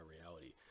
reality